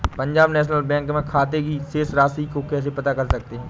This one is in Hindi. पंजाब नेशनल बैंक में खाते की शेष राशि को कैसे पता कर सकते हैं?